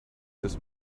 this